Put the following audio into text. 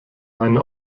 eine